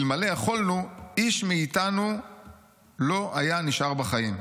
אלמלא יכולנו, איש מאיתנו לא היה נשאר בחיים.